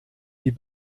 die